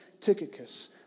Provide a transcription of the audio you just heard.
Tychicus